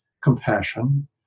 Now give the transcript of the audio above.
compassion